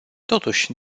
totuși